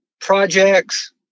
projects